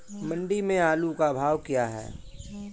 मंडी में आलू का भाव क्या है?